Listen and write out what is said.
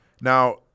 Now